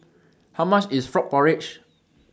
How much IS Frog Porridge